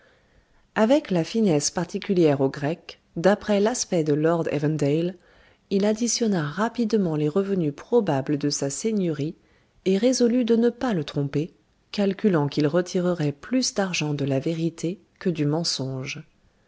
avec la finesse particulière aux grecs d'après l'aspect de lord evandale il additionna rapidement les revenus probables de sa seigneurie et résolut de ne pas le tromper calculant qu'il retirerait plus d'argent de la vérité que du mensonge